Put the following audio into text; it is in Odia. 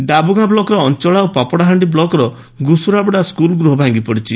ଡାବୁ ଗାଁ ବୁକର ଅଞ୍ଚଳା ଓ ପାପଡ଼ାହାଣ୍ଡି ବୁକର ଘୁଷ୍ଗରାବେଡ଼ା ସ୍କୁଲ୍ ଗୃହ ଭାଙ୍ଗିପଡ଼ିଛି